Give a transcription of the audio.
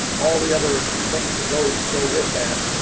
all the other things that go go with that.